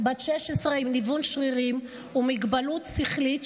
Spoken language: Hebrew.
בת 16 עם ניוון שרירים ומוגבלות שכלית,